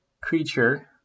creature